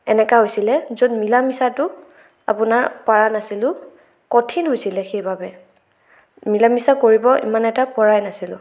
এনেকা হৈছিলে য'ত মিলা মিছাটো আপোনাৰ পৰা নাছিলোঁ কঠিন হৈছিল সেইবাবে মিলা মিছা কৰিব ইমান এটা পৰাই নাছিলোঁ